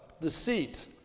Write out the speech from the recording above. deceit